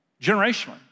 Generationally